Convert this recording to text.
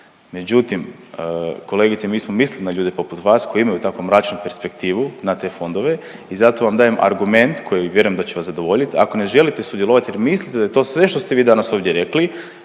Međutim, kolegice mi smo mislili na ljude poput vas koji imaju tako mračnu perspektivu na te fondove i zato vam dajem argument koji vjerujem da će vas zadovoljit, ako ne želite sudjelovati jer mislite da je to sve što ste vi danas ovdje rekli,